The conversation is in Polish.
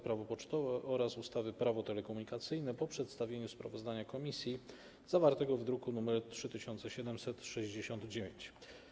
Prawo pocztowe oraz ustawy Prawo telekomunikacyjne po przedstawieniu sprawozdania komisji zawartego w druku nr 3769.